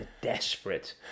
desperate